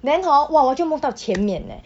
then hor !wah! 我就 move 到前面 eh